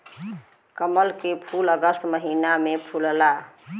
कमल के फूल अगस्त महिना में फुलला